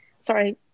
Sorry